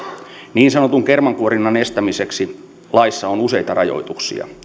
niin sanotun kermankuorinnan estämiseksi laissa on useita rajoituksia